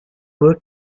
por